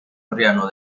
arriano